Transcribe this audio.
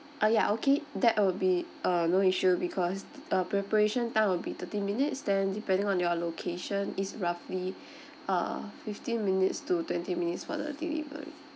ah ya okay that would be uh no issue because uh preparation time will be thirty minutes then depending on your location is roughly uh fifteen minutes to twenty minutes for the delivery